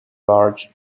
large